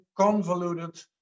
convoluted